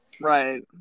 Right